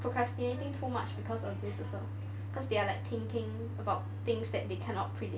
procrastinating too much because of this also cause they are like thinking about things that they cannot predict